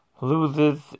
loses